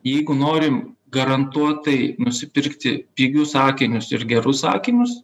jeigu norim garantuotai nusipirkti pigius akinius ir gerus akinius